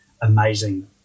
amazing